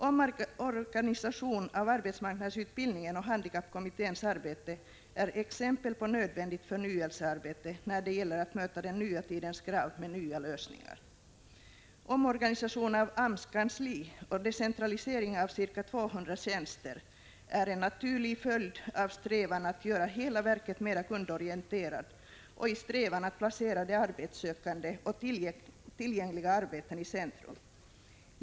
Omorganisationen av arbetsmarknadsutbildningen och handikappkommitténs arbete är exempel på nödvändigt förnyelsearbete när det gäller att möta den nya tidens krav med nya lösningar. Omorganisationen av AMS kansli och decentraliseringen av ca 200 tjänster är en naturlig följd av strävan att göra hela verket mera kundorienterat och placera de arbetssökande och tillgängliga arbeten i centrum.